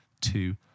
two